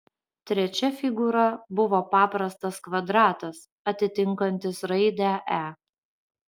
trečia figūra buvo paprastas kvadratas atitinkantis raidę e